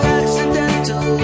accidental